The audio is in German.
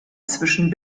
zwischen